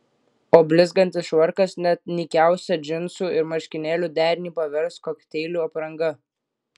o blizgantis švarkas net nykiausią džinsų ir marškinėlių derinį pavers kokteilių apranga